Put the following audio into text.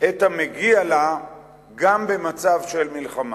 את המגיע לה גם במצב של מלחמה.